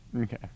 Okay